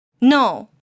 No